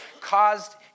caused